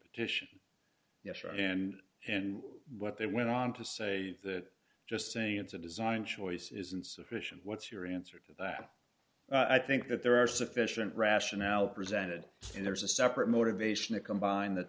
petition and and what they went on to say that just saying it's a design choice is insufficient what's your answer to that i think that there are sufficient rationale presented and there's a separate motivation to combine th